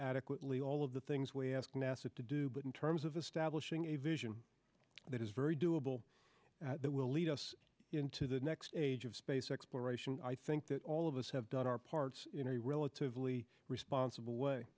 adequately all of the things we have nasa to do but in terms of establishing a vision that is very doable that will lead us into the next stage of space exploration i think that all of us have done our part in a relatively responsible way